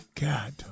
God